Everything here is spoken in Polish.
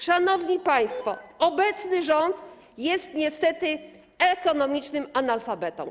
Szanowni państwo, obecny rząd jest niestety ekonomicznym analfabetą.